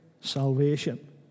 salvation